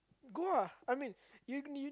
go ah I mean you need